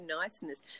niceness